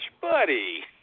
buddy